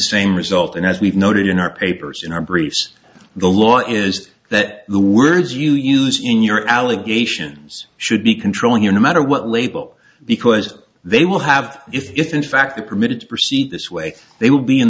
same result and as we've noted in our papers in our briefs the law is that the words you use in your allegations should be controlling your no matter what label because they will have if in fact permitted to proceed this way they will be in